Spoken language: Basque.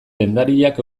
dendariak